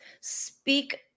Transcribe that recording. speak